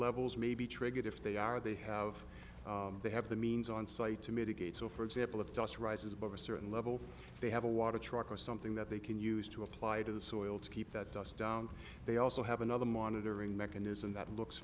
levels may be triggered if they are they have they have the means on site to mitigate so for example of dust rises above a certain level they have a water truck or something that they can use to apply to the soil to keep that dust down they also have another monitoring